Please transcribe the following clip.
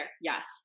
yes